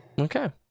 Okay